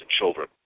children